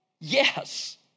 yes